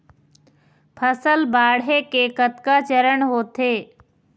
फसल बाढ़े के कतका चरण होथे?